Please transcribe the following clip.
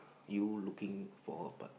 you looking for a part